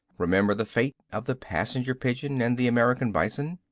remember the fate of the passenger pigeon and the american bison.